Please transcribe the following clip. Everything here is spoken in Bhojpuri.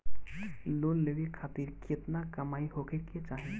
लोन लेवे खातिर केतना कमाई होखे के चाही?